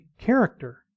character